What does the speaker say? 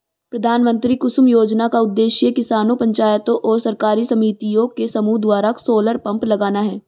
प्रधानमंत्री कुसुम योजना का उद्देश्य किसानों पंचायतों और सरकारी समितियों के समूह द्वारा सोलर पंप लगाना है